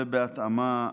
ובהתאמה,